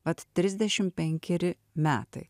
mat trisdešimt penkeri metai